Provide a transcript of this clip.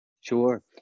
Sure